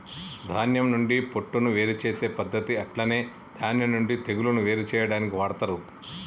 ధాన్యం నుండి పొట్టును వేరు చేసే పద్దతి అట్లనే ధాన్యం నుండి తెగులును వేరు చేయాడానికి వాడతరు